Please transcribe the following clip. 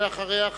אחריה,